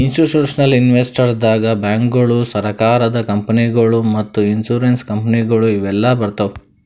institutional investors ದಾಗ್ ಬ್ಯಾಂಕ್ಗೋಳು, ಸರಕಾರದ ಕಂಪನಿಗೊಳು ಮತ್ತ್ ಇನ್ಸೂರೆನ್ಸ್ ಕಂಪನಿಗೊಳು ಇವೆಲ್ಲಾ ಬರ್ತವ್